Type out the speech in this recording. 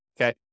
okay